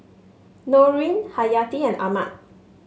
Nurin Hayati and Ahmad